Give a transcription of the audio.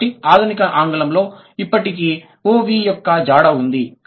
కాబట్టి ఆధునిక ఆంగ్లంలో ఇప్పటికీ OV యొక్క జాడ ఉంది